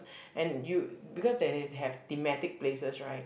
and you because they have thematic places right